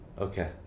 Okay